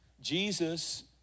Jesus